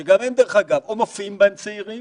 שאו שמופיעים בהם צעירים